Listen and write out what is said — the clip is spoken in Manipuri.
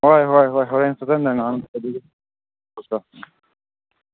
ꯍꯣꯏ ꯍꯣꯏ ꯍꯣꯏ ꯍꯣꯔꯦꯟ ꯐꯖꯅ ꯉꯥꯡꯅꯁꯦ ꯑꯗꯨꯒꯤꯗꯤ